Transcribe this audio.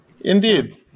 Indeed